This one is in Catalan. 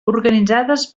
organitzades